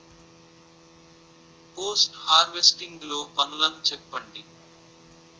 Post harvesting లో పనులను చెప్పండి?